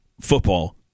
football